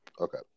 Okay